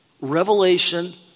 revelation